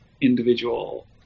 individual